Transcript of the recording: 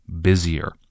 busier